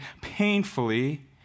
painfully